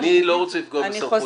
אני לא רוצה לפגוע בסמכות הכנסת.